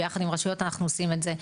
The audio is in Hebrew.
כי ביחד עם רשויות אנחנו עושים את זה,